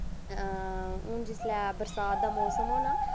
अ हून जिसलै बरसात दा मौसम होना